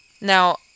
Now